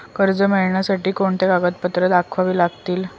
कर्ज मिळण्यासाठी कोणती कागदपत्रे दाखवावी लागतील?